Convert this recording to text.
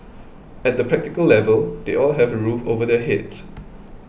at the practical level they all have a roof over their heads